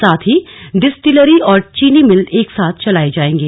साथ ही डिस्टिलरी और चीनी मिल एक साथ चलाये जाएंगे